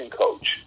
coach